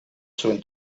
zuen